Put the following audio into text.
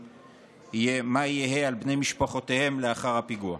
יהיה מה יהא על בני משפחותיהם לאחר הפיגוע.